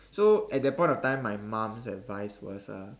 so at that point of time my mom's advice was uh